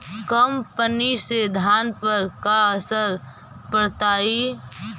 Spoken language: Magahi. कम पनी से धान पर का असर पड़तायी?